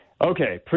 Okay